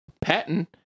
Patton